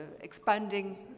expanding